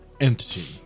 entity